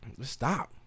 stop